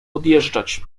odjeżdżać